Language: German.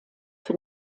für